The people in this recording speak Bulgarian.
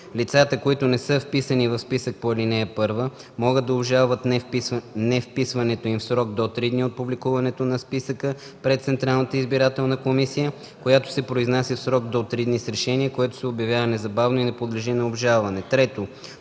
Лицата, които не са вписвани в списък по ал. 1, могат да обжалват невписването им в срок до три дни от публикуването на списъка пред Централната избирателна комисия, която се произнася в срок до три дни с решение, което се обявява незабавно и не подлежи на обжалване.“